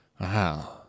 Wow